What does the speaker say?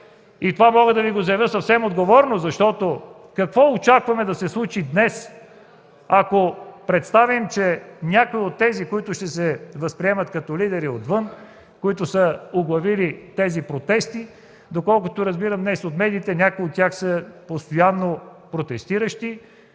Това мога да Ви го заявя съвсем отговорно, защото какво очакваме да се случи днес, ако си представим, че някои от тези, които се възприемат като лидери отвън, които са оглавили тези протести, доколкото разбирам нещо от медиите – някои от тях са постоянно протестиращи